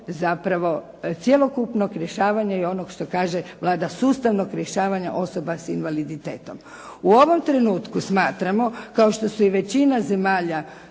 zapravo cjelokupnog rješavanja i onog što kaže Vlada sustavnog rješavanja osoba s invaliditetom. U ovom trenutku smatramo kao što su i većina zemalja